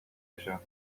așa